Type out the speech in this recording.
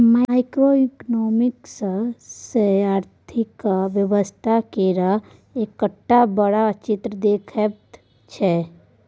micro economics सौसें अर्थक व्यवस्था केर एकटा बड़का चित्र देखबैत छै